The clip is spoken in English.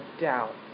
doubt